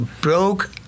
broke